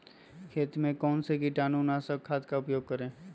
खेत में कौन से कीटाणु नाशक खाद का प्रयोग करें?